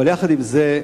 אבל יחד עם זה,